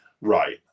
Right